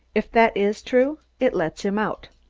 if that is true, it lets him out.